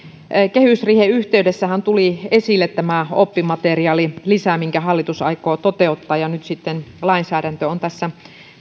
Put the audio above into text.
kehysriihen yhteydessähän tuli esille tämä oppimateriaalilisä minkä hallitus aikoo toteuttaa ja nyt sitten lainsäädäntö on tässä